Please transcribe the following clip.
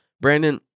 Brandon